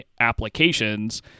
applications